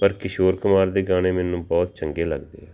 ਪਰ ਕਿਸ਼ੋਰ ਕੁਮਾਰ ਦੇ ਗਾਣੇ ਮੈਨੂੰ ਬਹੁਤ ਚੰਗੇ ਲੱਗਦੇ ਆ